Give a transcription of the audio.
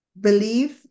believe